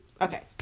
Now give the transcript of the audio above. Okay